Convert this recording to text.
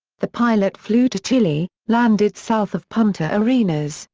the pilot flew to chile, landed south of punta arenas,